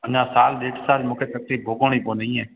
अञा सालु ॾेढु सालु मूंखे सभु चीज भोॻिणी पवंदी ईअं